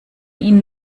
ihnen